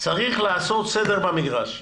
צריך לעשות סדר במגרש.